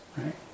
right